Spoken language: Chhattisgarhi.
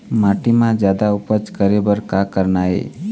माटी म जादा उपज करे बर का करना ये?